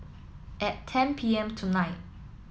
at ten P M tonight